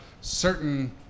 certain